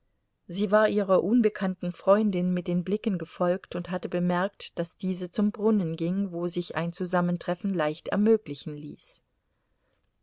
sie war ihrer unbekannten freundin mit den blicken gefolgt und hatte bemerkt daß diese zum brunnen ging wo sich ein zusammentreffen leicht ermöglichen ließ